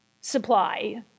supply